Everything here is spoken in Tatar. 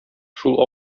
шул